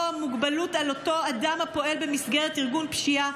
או מגבלות על אותו אדם הפועל במסגרת ארגון פשיעה,